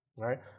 right